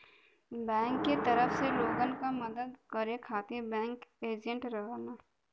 bank क तरफ से लोगन क मदद करे खातिर बैंकिंग एजेंट रहलन